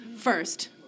First